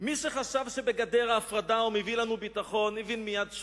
מי שחשב שבגדר ההפרדה הוא מביא לנו ביטחון הבין מייד,